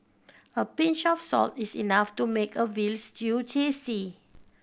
a pinch of salt is enough to make a veal stew tasty